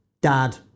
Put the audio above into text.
dad